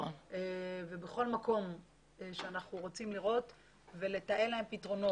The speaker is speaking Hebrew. אנחנו רוצים לתאם להם פתרונות.